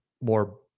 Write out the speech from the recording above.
more